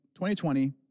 2020